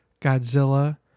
godzilla